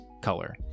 color